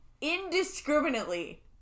indiscriminately